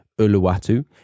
Uluwatu